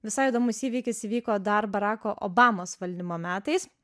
visai įdomus įvykis įvyko dar barako obamos valdymo metais